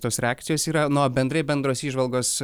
tos reakcijos yra nuo bendrai bendros įžvalgos